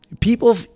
People